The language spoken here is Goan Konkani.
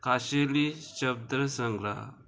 खाशेली शब्द संग्रह